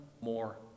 more